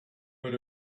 but